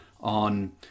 on